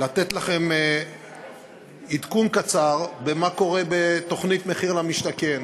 לתת לכם עדכון קצר במה שקורה בתוכנית מחיר למשתכן,